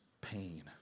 pain